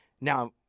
Now